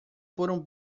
foram